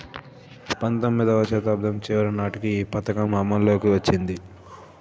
పంతొమ్మిదివ శతాబ్దం చివరి నాటికి ఈ పథకం అమల్లోకి వచ్చింది